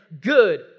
good